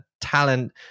talent